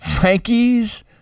frankie's